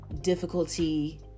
difficulty